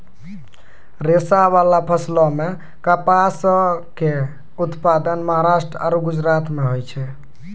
रेशाबाला फसलो मे कपासो के उत्पादन महाराष्ट्र आरु गुजरातो मे होय छै